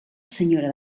senyora